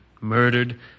murdered